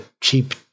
cheap